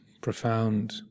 profound